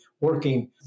working